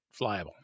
flyable